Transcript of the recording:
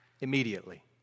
immediately